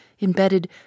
embedded